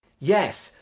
yes,